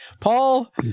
Paul